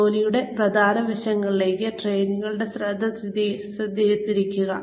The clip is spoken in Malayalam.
ജോലിയുടെ പ്രധാന വശങ്ങളിലേക്ക് ട്രെയിനികളുടെ ശ്രദ്ധ തിരിക്കുക